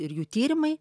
ir jų tyrimai